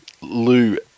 Lou